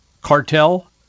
cartel